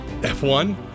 F1